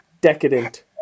decadent